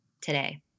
today